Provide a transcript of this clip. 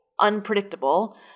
unpredictable